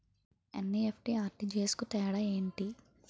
NEFT, RTGS కు తేడా ఏంటి?